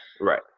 Right